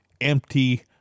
empty